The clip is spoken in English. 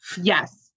Yes